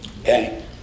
Okay